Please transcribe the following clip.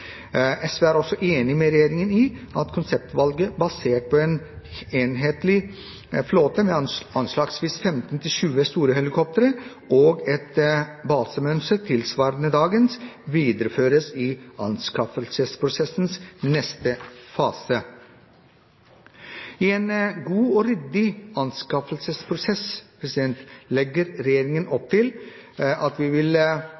SV er også enig med regjeringen i at konseptvalget basert på en enhetlig flåte med anslagsvis 15–20 store helikoptre og et basemønster tilsvarende dagens, videreføres i anskaffelsesprosessens neste fase. I en god og ryddig anskaffelsesprosess legger regjeringen opp til at vi vil